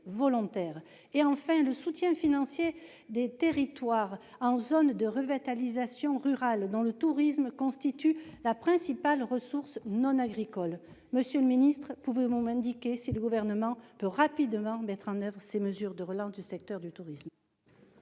apporter un soutien financier aux territoires en zone de revitalisation rurale, dont le tourisme constitue la principale ressource non agricole. Monsieur le secrétaire d'État, pouvez-vous m'indiquer si le Gouvernement peut, rapidement, mettre en oeuvre ces mesures de relance du secteur du tourisme ?